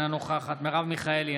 אינה נוכחת מרב מיכאלי,